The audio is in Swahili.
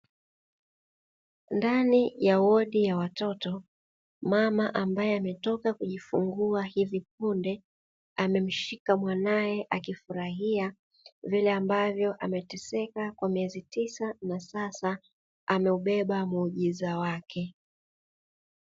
Ndani ya wodi ya watoto, mama ambae ametoka kujifungua hivi punde amemshika mwanae, akifurahia vile ambavyo ameteseka kwa miezi tisa na sasa ameubeba muujiza wake.